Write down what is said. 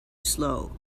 slow